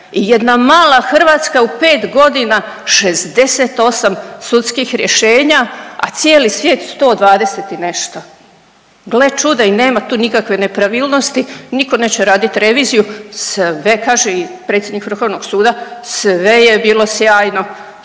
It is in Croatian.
I jedna mala Hrvatska u pet godina 68 sudskih rješenja, a cijeli svijet 120 i nešto. Gle čuda i nema tu nikakve nepravilnosti. Nitko neće raditi reviziju. Sve, kaže i predsjednik Vrhovnog suda, sve je bilo sjajno.